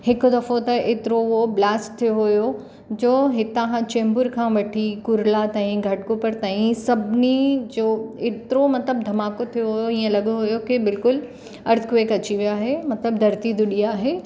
हिकु दफ़ो त एतिरो हो ब्लास्ट थियो हुयो जो हितां खां चेंबूर खां वठी कुर्ला ताईं घटकोपर ताईं सभिनी जो एतिरो मतिलबु धमाको थियो हीअं लॻो हुयो की बिल्कुलु अर्थक्वेक अची वियो आहे मतिलबु धरती धुॾी आहे